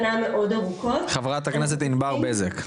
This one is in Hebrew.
חברת הכנסת ענבר בזק.